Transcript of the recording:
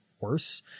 worse